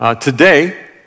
Today